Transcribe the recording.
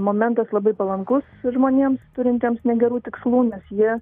momentas labai palankus žmonėms turintiems negerų tikslų nes jie